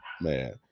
man